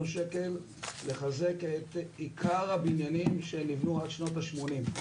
שקל לחזק את עיקר הבניינים שניבנו עד שנות ה-80.